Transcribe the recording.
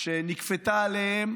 שנכפתה עליהם